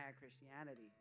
Christianity